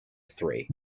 three